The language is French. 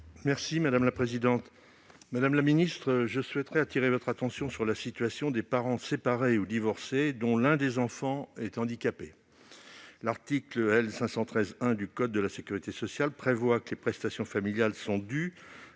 Madame la secrétaire d'État, je souhaiterais attirer votre attention sur la situation des parents séparés ou divorcés dont l'un des enfants est handicapé. L'article L. 513-1 du code de la sécurité sociale prévoit que les prestations familiales sont dues